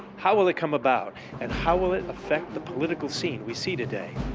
how will it come about and how will it affect the political scene we see today?